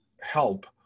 help